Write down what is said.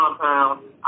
compound